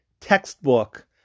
textbook